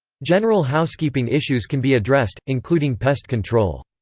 general housekeeping issues can be addressed, including pest control.